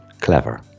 Clever